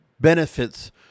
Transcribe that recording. benefits